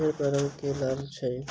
भेड़ पालन केँ की लाभ छै?